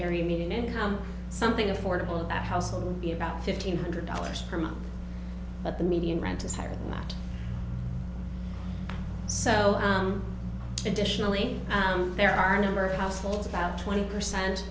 area median income something affordable at household would be about fifteen hundred dollars per month but the median rent is higher than that so additionally there are a number of households about twenty percent